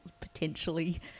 potentially